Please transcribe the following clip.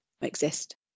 exist